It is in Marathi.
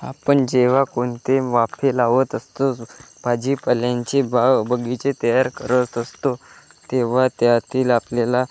आपण जेव्हा कोणते वाफे लावत असतो भाजीपाल्यांची बागबगीचे तयार करत असतो तेव्हा त्यातील आपल्याला